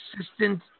assistant